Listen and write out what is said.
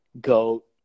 Goat